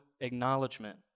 acknowledgement